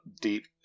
deep